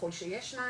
ככול שיש שניים,